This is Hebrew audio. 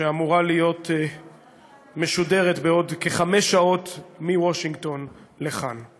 שאמורה להיות משודרת בעוד כחמש שעות מוושינגטון לכאן.